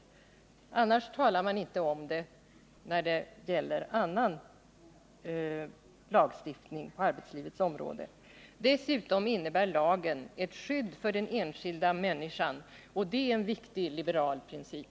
Vid annan lagstiftning på arbetslivets område talar man inte om byråkrati. Dessutom innebär lagen ett skydd för den enskilda människan, och det är en viktig liberal princip.